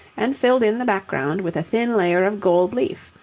and filled in the background with a thin layer of gold leaf,